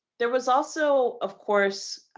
there was also, of course,